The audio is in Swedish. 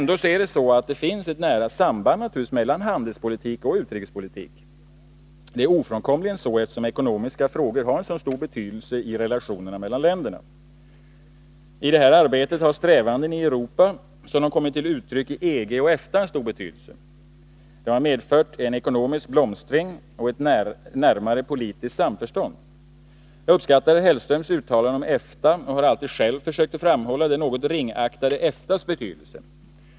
Det finns ändå ett nära samband mellan handelspolitik och utrikespolitik. Det är ofrånkomligen så, eftersom ekonomiska frågor har så stor betydelse för relationerna länderna emellan. I detta arbete har strävandena ute i Europa, som de kommit till uttryck i EG och EFTA, stor betydelse. De har medfört en ekonomisk blomstring och ett närmare politiskt samförstånd. Jag uppskattar herr Hellströms uttalanden om EFTA och har alltid själv försökt framhålla det något ringaktade EFTA:s betydelse.